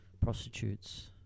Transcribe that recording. prostitutes